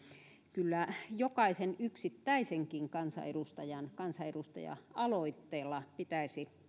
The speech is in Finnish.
kyllä jokaisen yksittäisenkin kansanedustajan kansanedustaja aloitteella pitäisi